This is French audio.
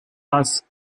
grasse